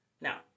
Now